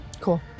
Cool